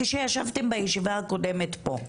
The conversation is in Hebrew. כשישבתם בישיבה הקודמת פה,